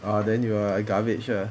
ah then you are garbage ah